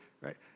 Right